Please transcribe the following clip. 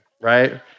right